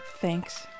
Thanks